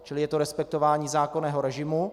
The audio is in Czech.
Čili je to respektování zákonného režimu.